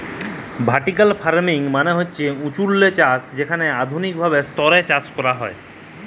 vertical farming মালে হছে উঁচুল্লে চাষ যেখালে আধুলিক ভাবে ইসতরে চাষ হ্যয়